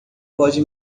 pode